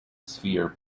sphere